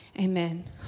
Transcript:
Amen